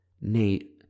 Nate